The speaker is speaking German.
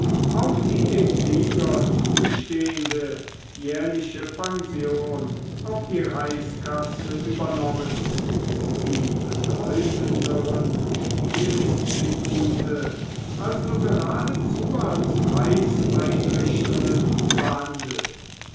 auch die dem sieger zustehende jährliche pension auf die reichskasse übernommen die bedeutenderen spielinstitute also geradezu als reichseinrichtungen behandelt